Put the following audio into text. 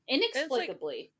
Inexplicably